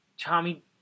Tommy